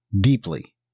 deeply